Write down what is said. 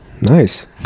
nice